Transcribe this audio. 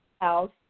house